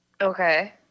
Okay